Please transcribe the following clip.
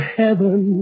heaven